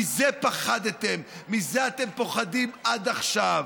מזה פחדתם, מזה אתם פוחדים עד עכשיו.